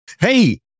hey